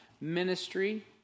ministry